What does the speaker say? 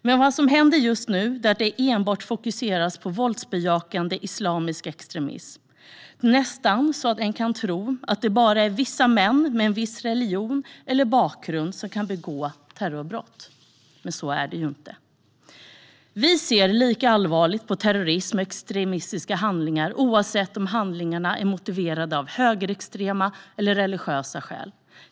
Det som händer just nu är att det enbart fokuseras på våldsbejakande islamistisk extremism. Det är nästan så att en kan tro att det bara är vissa män med en viss religion eller bakgrund som kan begå terrorbrott, men så är det ju inte. Vi ser lika allvarligt på terrorism och extremistiska handlingar oavsett om handlingarna är motiverade av högerextrema eller religiösa skäl.